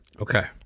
Okay